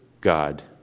God